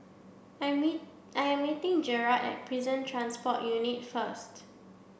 I'm meet I am meeting Jarrod at Prison Transport Unit first